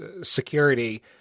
security